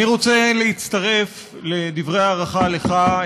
אני רוצה להצטרף לדברי הערכה לך,